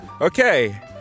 Okay